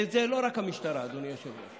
וזה לא רק המשטרה, אדוני היושב-ראש.